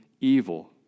evil